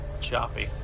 choppy